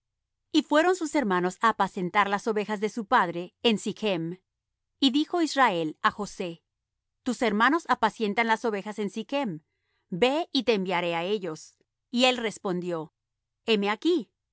y fueron sus hermanos á apacentar las ovejas de su padre en sichm y dijo israel á josé tus hermanos apacientan las ovejas en sichm ven y te enviaré á ellos y él respondió heme aquí